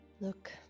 Look